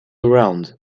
around